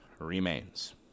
remains